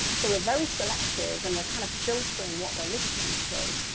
so we're very selective and we're kind of filtering what we're listening to